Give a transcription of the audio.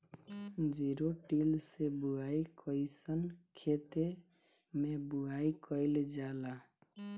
Zero till से बुआई कयिसन खेते मै बुआई कयिल जाला?